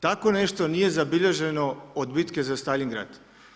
Tako nešto nije zabilježeno od bitke za Staljin grad.